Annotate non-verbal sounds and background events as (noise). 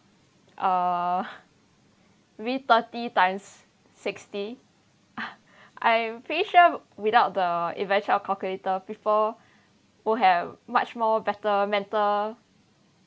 uh maybe thirty times sixty (laughs) I am pretty sure without the invention of calculator people will have much more better mental